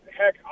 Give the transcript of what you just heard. heck